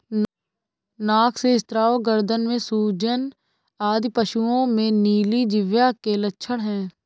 नाक से स्राव, गर्दन में सूजन आदि पशुओं में नीली जिह्वा के लक्षण हैं